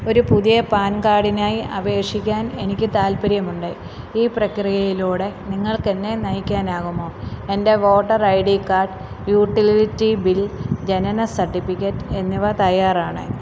ഒരു പുതിയ പാൻ കാർഡിനായി അപേക്ഷിക്കാൻ എനിക്ക് താൽപ്പര്യമുണ്ട് ഈ പ്രക്രിയയിലൂടെ നിങ്ങൾക്ക് എന്നെ നയിക്കാനാകുമോ എന്റെ voter ID card utility bill ജനന സർട്ടിഫിക്കറ്റ് എന്നിവ തയ്യാറാണ്